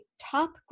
top